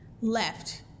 left